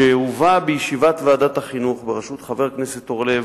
שהובא באחרונה בישיבת ועדת החינוך בראשות חבר הכנסת אורלב,